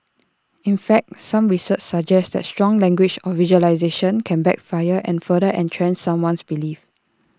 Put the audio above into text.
in fact some research suggests that strong language or visualisations can backfire and further entrench someone's beliefs